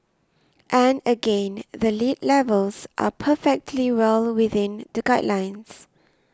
and again the lead levels are perfectly well within the guidelines